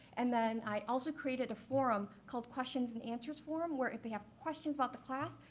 and then i also created a forum called questions and answers forum, where if they have questions about the class,